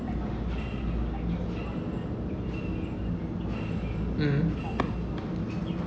mm